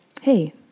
Hey